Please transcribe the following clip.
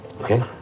Okay